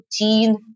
routine